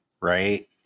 right